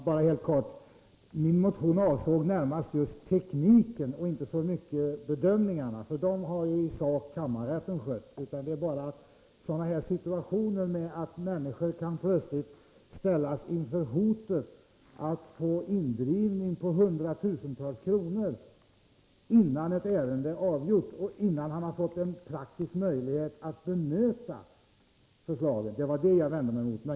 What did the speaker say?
Fru talman! Min motion avsåg närmast tekniken och inte så mycket bedömningarna. De senare har i sak kammarrätten gjort. Vad som bör undvikas är således att människor helt plötsligt ställs inför hotet av en indrivning på hundratusentals kronor, innan ärendet i fråga är avgjort och innan de fått praktiska möjligheter att förklara situationen. Det var det jag vände mig mot.